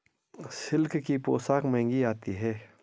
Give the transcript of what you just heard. silk की पोशाक महंगी आती है